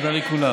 תודה לכולם.